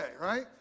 right